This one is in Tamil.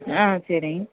ஆ சேரிங்க